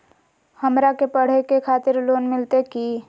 हमरा के पढ़े के खातिर लोन मिलते की?